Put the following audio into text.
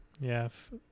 Yes